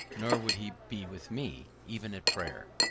nor would he be with me, even at prayers.